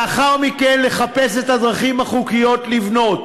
לאחר מכן לחפש את הדרכים החוקיות לבנות.